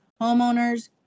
Homeowners